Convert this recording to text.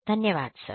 धन्यवाद सर